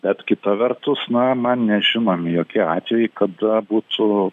bet kita vertus na man nežinomi jokie atvejai kada būtų